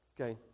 okay